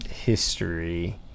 history